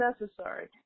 necessary